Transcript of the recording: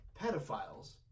pedophiles